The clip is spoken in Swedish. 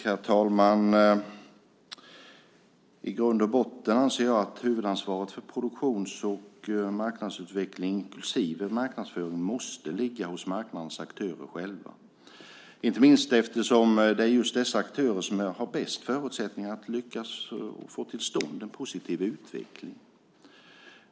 Herr talman! I grund och botten anser jag att huvudansvaret för produktions och marknadsutveckling, inklusive marknadsföring, måste ligga hos marknadens aktörer själva, inte minst eftersom det är just dessa aktörer som har bäst förutsättningar att lyckas få till stånd en positiv utveckling.